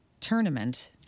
tournament